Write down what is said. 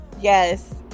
Yes